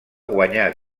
guanyà